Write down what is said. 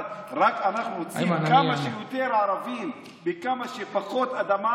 מה, אנחנו רוצים כמה שיותר ערבים בכמה שפחות אדמה?